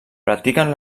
practiquen